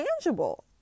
tangible